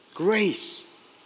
Grace